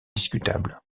discutable